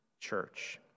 church